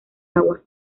agua